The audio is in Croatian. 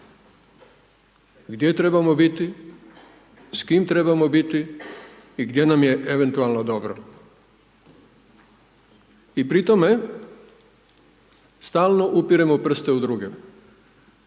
Gdje trebamo biti, s kim trebamo biti i gdje nam je eventualno dobro i pri tome stalno upiremo prste u druge.